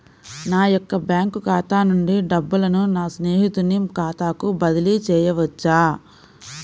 నా యొక్క బ్యాంకు ఖాతా నుండి డబ్బులను నా స్నేహితుని ఖాతాకు బదిలీ చేయవచ్చా?